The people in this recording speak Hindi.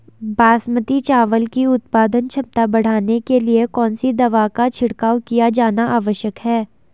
बासमती चावल की उत्पादन क्षमता बढ़ाने के लिए कौन सी दवा का छिड़काव किया जाना आवश्यक है?